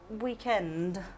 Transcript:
weekend